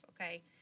okay